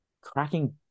cracking